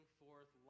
forth